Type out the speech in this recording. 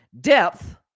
depth